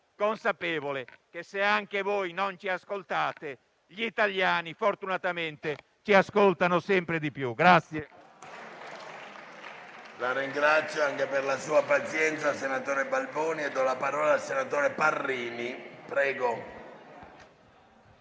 consapevole che, se anche voi non ci ascoltate, gli italiani fortunatamente ci ascoltano sempre di più.